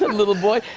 little boy.